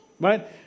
Right